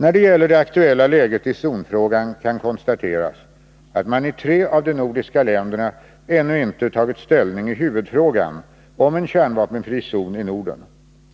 När det gäller det aktuella läget i zonfrågan kan konstateras att tre av de nordiska länderna ännu inte tagit ställning i huvudfrågan om en kärnvapenfri zon i Norden